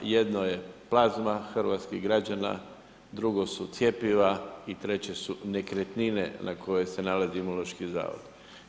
Jedno je plazma hrvatskih građana, drugo su cjepiva i treće su nekretnine na koje se nalazi Imunološki zavod.